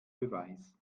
beweis